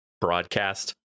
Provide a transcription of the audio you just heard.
broadcast